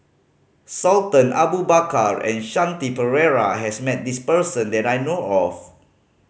Sultan Abu Bakar and Shanti Pereira has met this person that I know of